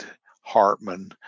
Hartman